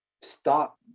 stop